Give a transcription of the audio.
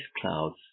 clouds